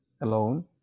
alone